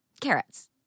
Carrots